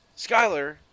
Skyler